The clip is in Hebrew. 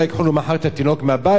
אולי ייקחו לו מחר את התינוק מהבית,